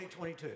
2022